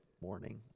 morning